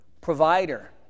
provider